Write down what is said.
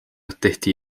tehti